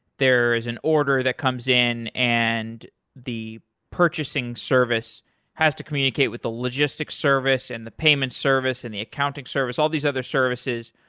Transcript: there is an order that comes in and the purchasing service has to communicate with the logistics service, and the payment service, and the accounting service, all these other services.